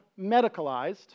medicalized